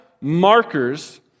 markers